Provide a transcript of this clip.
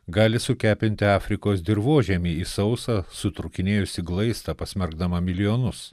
gali sukepinti afrikos dirvožemį į sausą sutrūkinėjusį glaistą pasmerkdama milijonus